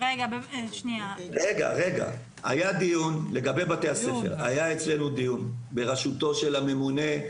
היה אצלנו דיון לגבי בתי הספר בראשותו של הממונה,